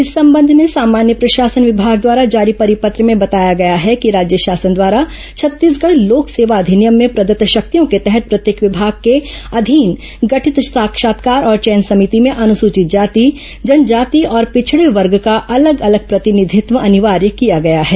इस संबंध में सामान्य प्रशासन विभाग द्वारा जारी परिपत्र में बताया गया है कि राज्य शासन द्वारा छत्तीसगढ़ लोक सेवा अधिनियम में प्रदत्त शक्तियों के तहत प्रत्येक विभाग के अधीन गठित साक्षात्कार और चयन समिति में अनुसूचित जाति जनजाति और पिछड़े वर्ग का अलग अलग प्रतिनिधित्व अनिवार्य किया गया है